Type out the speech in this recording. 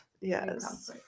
yes